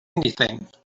anything